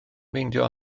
meindio